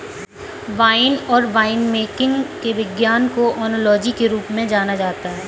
wine और winemaking के विज्ञान को ओनोलॉजी के रूप में जाना जाता है